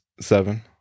seven